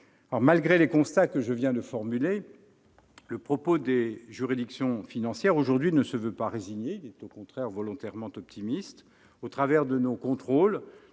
Malgré les constats que je viens de formuler, le propos des juridictions financières aujourd'hui ne se veut pas résigné ; il est au contraire volontairement optimiste. Au travers de nos contrôles,